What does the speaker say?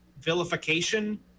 vilification